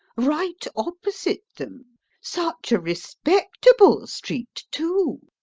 right opposite them such a respectable street, too!